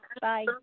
Bye